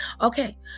Okay